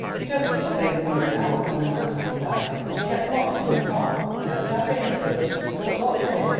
you don't mean to say that you were an hour coming that little way! did you get blocked in the fog? no, daddy, but but what, dear?